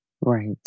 Right